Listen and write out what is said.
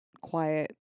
quiet